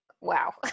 wow